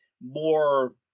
more